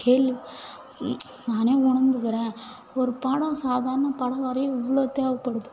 கேள்வி நானே உணர்ந்துக்குறேன் ஒரு படம் சாதாரண படம் வரைய இவ்வளோ தேவைப்படுது